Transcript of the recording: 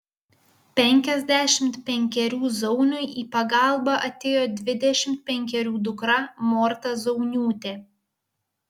penkiasdešimt penkerių zauniui į pagalbą atėjo dvidešimt penkerių dukra morta zauniūtė